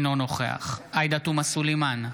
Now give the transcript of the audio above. אינו נוכח עאידה תומא סלימאן,